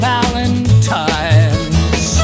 Valentine's